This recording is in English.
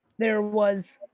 there was